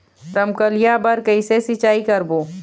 रमकलिया बर कइसे सिचाई करबो?